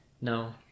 No